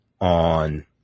on